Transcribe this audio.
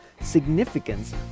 significance